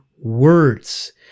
words